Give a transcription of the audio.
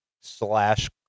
Slash